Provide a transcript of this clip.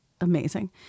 Amazing